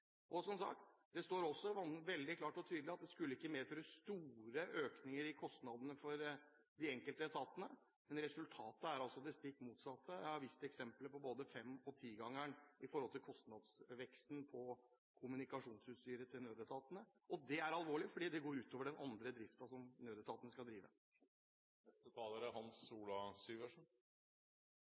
nødnettet. Som sagt: Det står veldig klart og tydelig at det ikke skulle medføre store økninger i kostnadene for de enkelte etatene, men resultatet er det stikk motsatte. Jeg har vist eksempler på både femgangen og tigangen i kostnadsveksten på kommunikasjonsutstyret til nødetatene. Det er alvorlig fordi det går ut over den andre driften som nødetaten skal drive. Det er